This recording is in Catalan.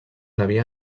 havia